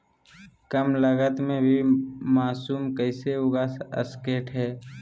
कम लगत मे भी मासूम कैसे उगा स्केट है?